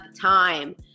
time